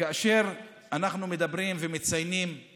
כאשר אנחנו מציינים את